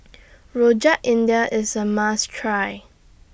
Rojak India IS A must Try